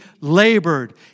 labored